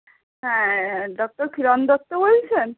হ্যাঁ ডক্টর কিরণ দত্ত বলছেন